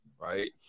right